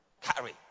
carry